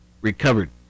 recovered